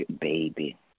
baby